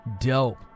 Dope